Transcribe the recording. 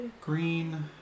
green